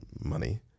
money